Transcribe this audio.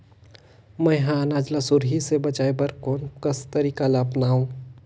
मैं ह अनाज ला सुरही से बचाये बर कोन कस तरीका ला अपनाव?